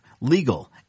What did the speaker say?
legal